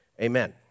Amen